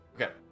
Okay